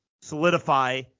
solidify